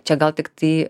čia gal tiktai